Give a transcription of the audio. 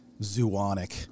zoonic